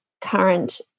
current